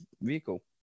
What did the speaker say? vehicle